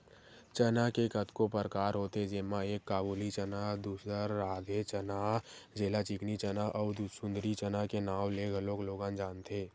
चना के कतको परकार होथे जेमा एक काबुली चना, दूसर राधे चना जेला चिकनी चना अउ सुंदरी चना के नांव ले घलोक लोगन जानथे